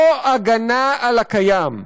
לא הגנה על הקיים,